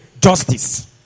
justice